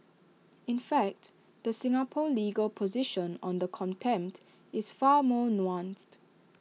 in fact the Singapore legal position on the contempt is far more nuanced